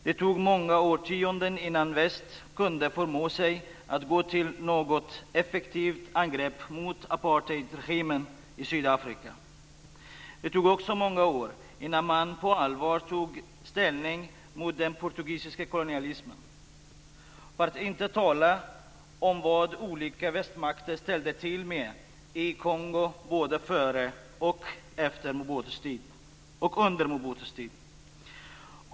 Det tog många årtionden innan väst kunde förmå sig att gå till något effektivt angrepp mot apartheidregimen i Sydafrika. Det tog också många år innan man på allvar tog ställning mot den portugisiska kolonialismen. För att inte tala om vad olika västmakter ställde till med i Kongo både före och under Mobutus tid.